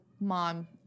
mom